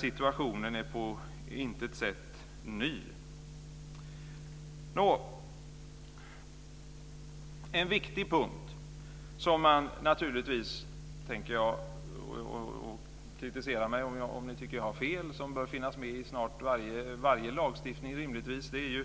Situationen är alltså på intet sätt ny. Kritisera mig om ni tycker att jag har fel, men jag tycker att en viktig punkt som rimligtvis bör finnas med i snart sagt varje lagstiftning är